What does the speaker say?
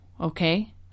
okay